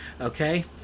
okay